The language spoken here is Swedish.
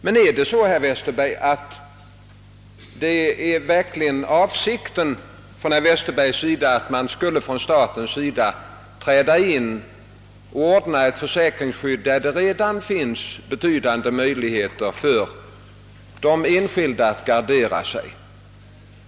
Men är det verkligen herr Westbergs avsikt att staten skulle träda in och ordna ett försäkringsskydd på ett område där det redan finns betydande möjligheter för de enskilda att gardera sig?